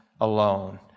alone